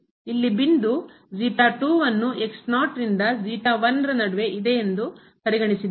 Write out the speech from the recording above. ಇಲ್ಲಿ ಬಿಂದು ನ್ನು ರಿಂದ ರ ನಡುವೆ ಇದೆಯೆಂದು ಪರಿಗಣಿಸಿದ್ದೇವೆ